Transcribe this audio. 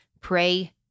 Pray